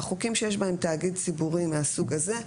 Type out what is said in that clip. בחוקים שיש בהם תאגיד ציבורי מהסוג הזה,